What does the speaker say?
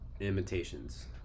imitations